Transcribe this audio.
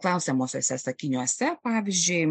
klausimuose sakiniuose pavyzdžiui